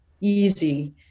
easy